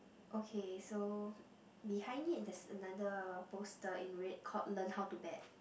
okay so behind it there's another poster in red called learn how to bat